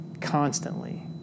constantly